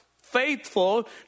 Faithful